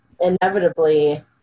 inevitably